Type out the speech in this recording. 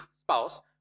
spouse